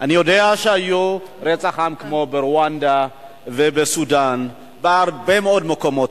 אני יודע שהיה רצח עם ברואנדה ובסודן ובהרבה מאוד מקומות.